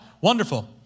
Wonderful